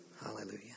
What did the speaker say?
Hallelujah